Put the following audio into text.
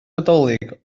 nadolig